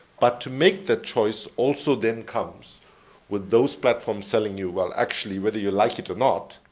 but to make that choice, also then comes with those platforms telling you, well, actually, whether you like it or not,